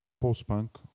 post-punk